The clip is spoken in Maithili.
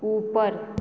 ऊपर